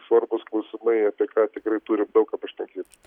svarbūs klausimai apie ką tikrai turi daug ką pašnekėti